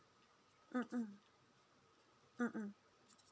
mmhmm mmhmm